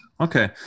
Okay